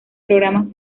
programas